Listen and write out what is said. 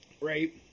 Right